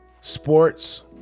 sports